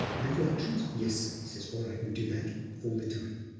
mental actions? yes, sir. he says, all right, you do that all the time.